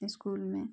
school में